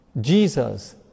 Jesus